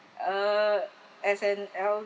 uh as an